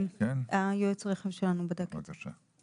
כן, יועץ הרכב שלנו בדק את זה.